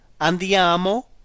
ANDIAMO